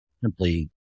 simply